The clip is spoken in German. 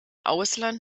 ausland